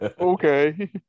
okay